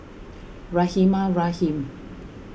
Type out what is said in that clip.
Rahimah Rahim